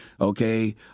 okay